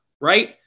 right